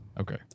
Okay